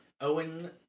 Owen